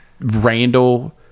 Randall